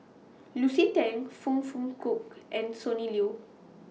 Lucy Tan Foong Fook Kay and Sonny Liew